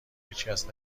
هیچکس